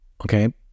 Okay